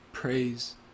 Praise